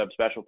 subspecialty